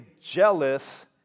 jealous